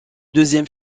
deuxième